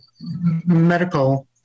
medical